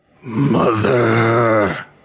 Mother